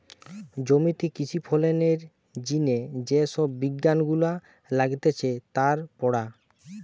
জমিতে কৃষি ফলনের জিনে যে সব বিজ্ঞান গুলা লাগতিছে তার পড়া